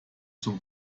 zum